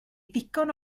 ddigon